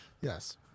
Yes